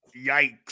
Yikes